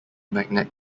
magnet